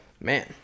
Man